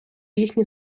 їхні